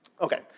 Okay